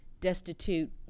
destitute